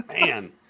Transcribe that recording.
man